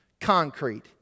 Concrete